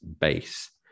base